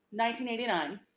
1989